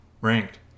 ranked